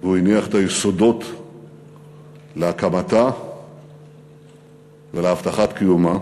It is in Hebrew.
והוא הניח את היסודות להקמתה ולהבטחת קיומה,